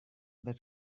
that